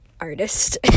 artist